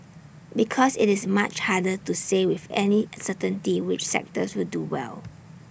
because IT is much harder to say with any certainty which sectors will do well